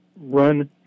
run